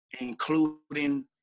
including